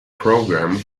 program